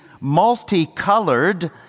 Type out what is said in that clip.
multicolored